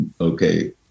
okay